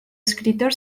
escritor